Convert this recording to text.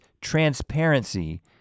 transparency